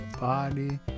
body